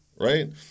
right